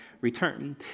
return